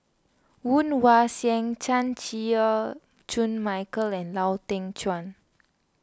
Woon Wah Siang Chan Chew Koon Michael and Lau Teng Chuan